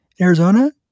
Arizona